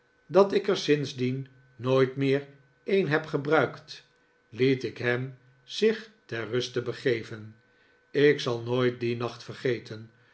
dat ik er sindsdien nooit meer een heb gebruikt liet ik hem zich ter ruste begeven ik zal nooit dien nacht yergeten